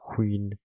Queen